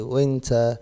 Winter